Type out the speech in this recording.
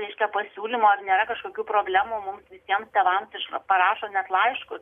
reiškia pasiūlymų ar nėra kažkokių problemų mums visiems tėvams iš parašo net laiškus